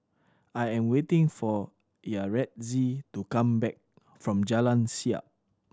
I am waiting for Yaretzi to come back from Jalan Siap